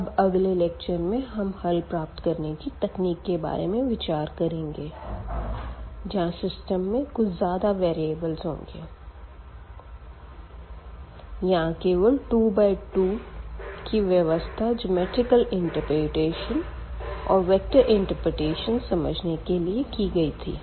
अब अगले लेक्चर में हम हल प्राप्त करने की तकनीक के बारे में विचार करेंगे जहाँ सिस्टम में कुछ ज्यादा वेरीअबल होंगे यहाँ केवल 2 बाय 2 की व्यवस्था ज्योमैट्रिकल इंटर्प्रेटेशन और वेक्टर इंटर्प्रेटेशन समझने के लिए ली गई थी